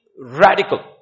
radical